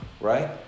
right